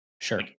Sure